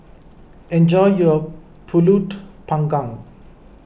enjoy your Pulut Panggang